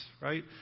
right